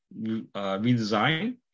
redesign